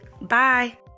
Bye